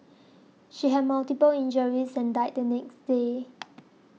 she had multiple injuries and died the next day